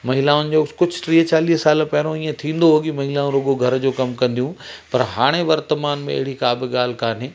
महिलाउनि जो कुझु टीह चालीह साल पहिरियों इएं थींदो हो कि महिलाऊं रुॻो घर जो कमु कंदियूं हुयूं पर हाणे वर्तमान में अहिड़ी का बि ॻाल्हि कोन्हे